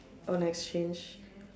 on exchange